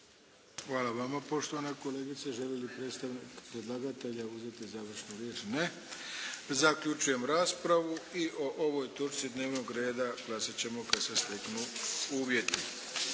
Hvala vama poštovana kolegice. Želi li predstavnik predlagatelja uzeti završnu riječ? Ne. Zaključujem raspravu. I o ovoj točci dnevnog reda glasat ćemo kad se skupimo, uvjeti.